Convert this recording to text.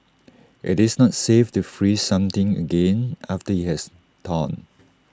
IT is not safe to freeze something again after IT has thawed